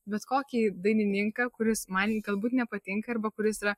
bet kokį dainininką kuris man galbūt nepatinka arba kuris yra